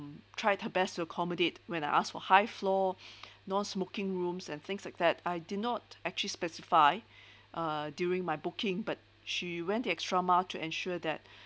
tried her best to accommodate when I asked for high floor no smoking rooms and things like that I did not actually specify uh during my booking but she went the extra mile to ensure that